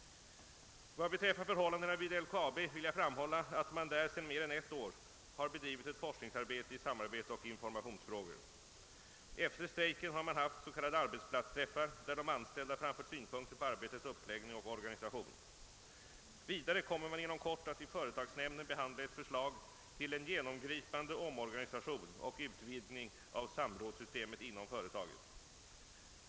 Vad beträffar förhållandena vid LKAB vill jag framhålla att man där sedan mer än ett år har bedrivit ett forskningsarbete i samarbetsoch informationsfrågor. Efter strejken har man haft s.k. arbetsplatsträffar där de anställda framfört synpunkter på arbetets uppläggning och organisation. Vidare kommer man inom kort att i företagsnämnden behandla ett förslag till en genomgripande omorganisation och utvidgning av samrådssystemet inom företaget.